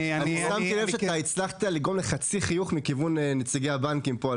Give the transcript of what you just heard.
אני שמתי לב שאתה הצלחת לגרום לחצי חיוך מכיוון נציגי הבנקים פה,